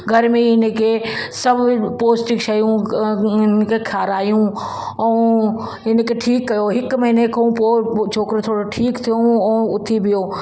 घर में ई हिन खे सभु पॉष्टिक शयूं हिन खे खारायूं ऐं हिन खे ठीकु कयो हिकु महीने खां पोइ छोकिरो थोरो ठीकु थियो ऐं उथी बिहो